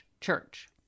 church